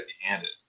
handed